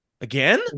Again